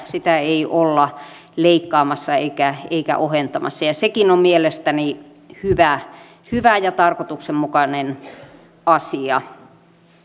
siitä ei olla leikkaamassa eikä sitä olla ohentamassa ja sekin on mielestäni hyvä ja tarkoituksenmukainen asia